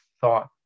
thought